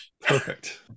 Perfect